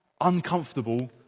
uncomfortable